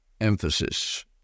emphasis